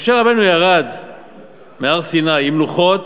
משה רבנו ירד מהר-סיני עם לוחות